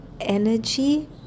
energy